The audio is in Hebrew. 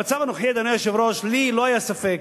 במצב הנוכחי, אדוני היושב-ראש, לי לא היה ספק,